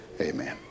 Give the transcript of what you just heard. Amen